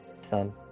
son